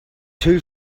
two